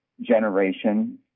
generation